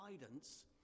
guidance